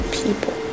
people